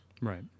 Right